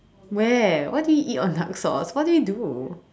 where what do you on dark sauce what do you do